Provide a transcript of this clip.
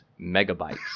megabytes